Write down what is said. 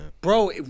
Bro